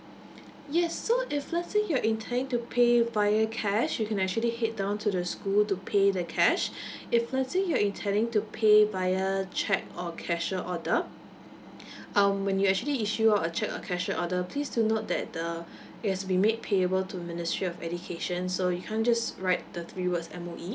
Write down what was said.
yes so if let's say you're intending to pay via cash you can actually head down to the school to pay the cash if let's say you're intending to pay via cheque or cashier order um when you actually issue out a cheque or cashier order please do note that the it has to be made payable to ministry of education so you can't just write the three words M_O_E